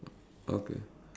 okay